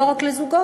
לא רק לזוגות,